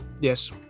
Yes